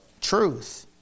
truth